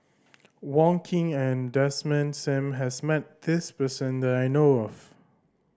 Wong Keen and Desmond Sim has met this person that I know of